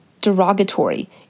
derogatory